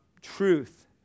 truth